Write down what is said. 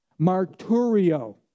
Marturio